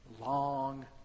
long